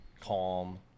calm